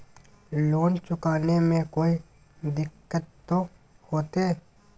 Loan चुकाने में कोई दिक्कतों होते?